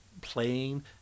playing